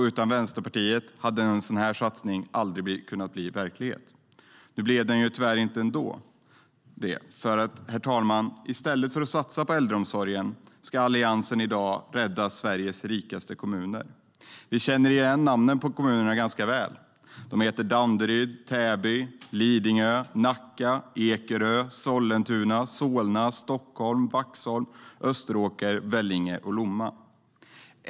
Utan Vänsterpartiet hade en sådan satsning aldrig kunnat bli verklighet. Nu blev den tyvärr ändå inte det, herr talman, för i stället för att satsa på äldreomsorgen ska Alliansen rädda Sveriges rikaste kommuner. Vi känner igen namnen på kommunerna ganska väl. De heter Danderyd, Täby, Lidingö, Nacka, Ekerö, Sollentuna, Solna, Stockholm, Vaxholm, Österåker, Vellinge och Lomma.